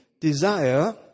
desire